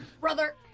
brother